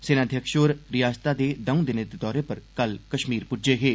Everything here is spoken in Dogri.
सेनाध्यक्ष होर रियासतै दे द'ऊं दिने दे दौरे पर कल कष्मीर पुज्जे हे